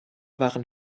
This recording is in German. waren